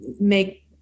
make